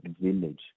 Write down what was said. village